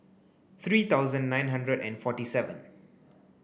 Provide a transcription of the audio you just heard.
three thousand nine hundred and forty seven